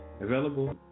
available